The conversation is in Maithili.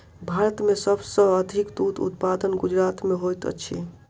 भारत में सब सॅ अधिक दूध उत्पादन गुजरात में होइत अछि